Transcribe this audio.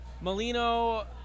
Molino